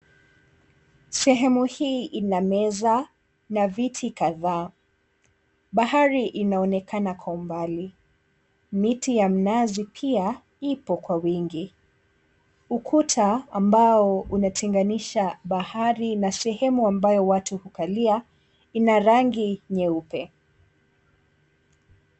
Sehemu hii inameza na viti kadhaa. Bahari inaonekana kwa umbali, miti ya mnazi pia iko kwa wingi. Ukuta ambao unatenganisha bahari na sehemu ambayo watu hukalia inarangi nyeupe.